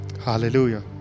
hallelujah